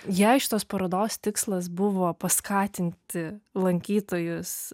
jei šitos parodos tikslas buvo paskatinti lankytojus